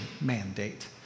mandate